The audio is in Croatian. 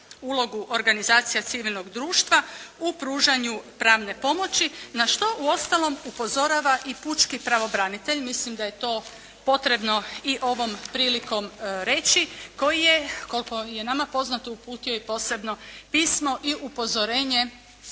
ulogu organizacija civilnog društva u pružanju pravne pomoći na što uostalom upozorava i pučki pravobranitelj. Mislim da je to potrebno i ovom prilikom reći koji je, koliko je nama poznato, uputio i posebno pismo i upozorenje